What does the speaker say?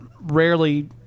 rarely